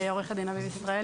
שלום, אני עורכת דין אביב ישראלי